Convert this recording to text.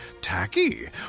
tacky